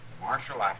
Marshal